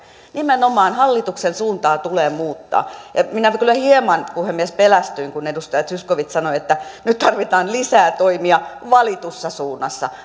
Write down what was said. nimenomaan hallituksen suuntaa tulee muuttaa minä kyllä hieman puhemies pelästyin kun edustaja zyskowicz sanoi että nyt tarvitaan lisää toimia valitussa suunnassa